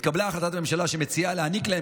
התקבלה החלטת ממשלה שמציעה להעניק להן